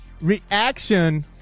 reaction